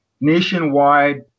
nationwide